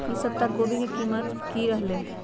ई सप्ताह कोवी के कीमत की रहलै?